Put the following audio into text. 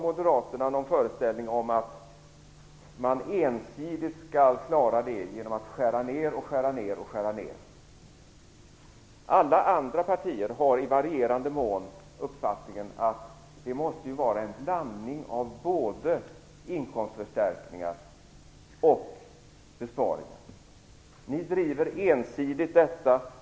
Moderaterna har en föreställning om att man skall klara det genom att ensidigt skära ner alltmer. Alla andra partier har i varierande mån uppfattningen att det måste vara en blandning av både inkomstförstärkningar och besparingar. Ni driver ensidigt detta.